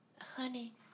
honey